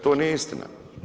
To nije istina.